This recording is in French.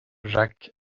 jacques